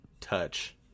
touch